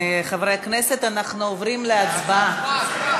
חברי הכנסת, אנחנו עוברים להצבעה.